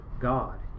God